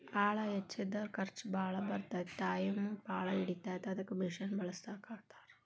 ಆಳ ಹಚ್ಚಿದರ ಖರ್ಚ ಬಾಳ ಬರತತಿ ಟಾಯಮು ಬಾಳ ಹಿಡಿತತಿ ಅದಕ್ಕ ಮಿಷನ್ ಬಳಸಾಕತ್ತಾರ